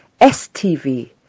STV